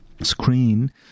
screen